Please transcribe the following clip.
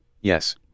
Yes